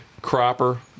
Cropper